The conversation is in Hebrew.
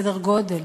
סדר גודל,